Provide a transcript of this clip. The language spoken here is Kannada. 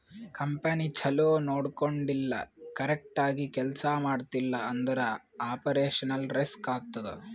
ಕಂಪನಿ ಛಲೋ ನೊಡ್ಕೊಂಡಿಲ್ಲ, ಕರೆಕ್ಟ್ ಆಗಿ ಕೆಲ್ಸಾ ಮಾಡ್ತಿಲ್ಲ ಅಂದುರ್ ಆಪರೇಷನಲ್ ರಿಸ್ಕ್ ಆತ್ತುದ್